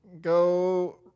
go